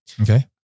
Okay